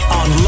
on